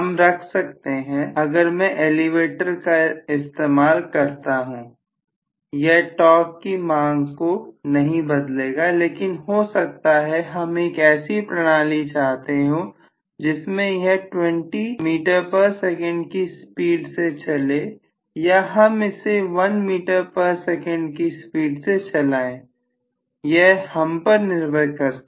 हम रख सकते हैं अगर मैं एलिवेटर का इस्तेमाल करता हूं यह टॉर्क की मांग को नहीं बदलेगा लेकिन हो सकता है हम एक ऐसी प्रणाली चाहते हो जिसमें यह 20ms की स्पीड से चले या हम इसे 1ms की स्पीड से चलाएं यह हम पर निर्भर करता है